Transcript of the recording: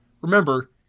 Remember